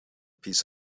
piece